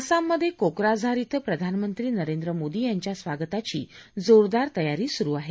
आसाममध्ये कोकराझार इथं प्रधानमंत्री नरेंद्र मोदी यांच्या स्वागताची जोरदार तयारी सुरु आहे